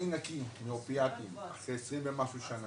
אני נקי מאופיאטים כ- 20 ומשהו שנה,